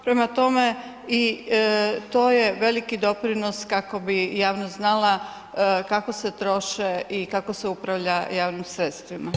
Prema tome, i to je veliki doprinos kako bi jasnost znala kako se troše i kako se upravlja javnih sredstvima.